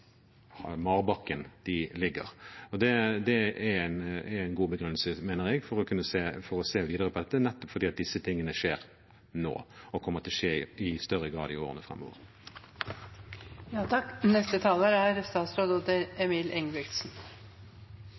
marbakken de ligger. Det er en god begrunnelse, mener jeg, for å se videre på dette, nettopp fordi disse tingene skjer nå, og kommer til å skje i større grad i årene framover. Jeg vil bare si at dette med forenkling opplever jeg at salen er